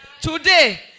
today